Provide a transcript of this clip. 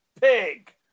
pig